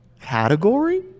category